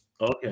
Okay